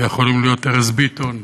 ויכולים להיות ארז ביטון,